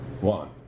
one